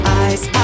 eyes